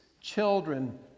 children